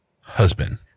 husband